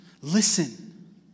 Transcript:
Listen